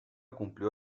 cumplió